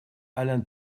alain